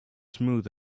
smooth